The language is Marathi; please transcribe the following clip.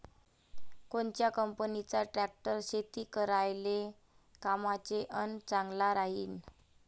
कोनच्या कंपनीचा ट्रॅक्टर शेती करायले कामाचे अन चांगला राहीनं?